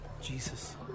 Jesus